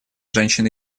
женщин